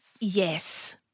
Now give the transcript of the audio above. Yes